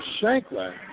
Shanklin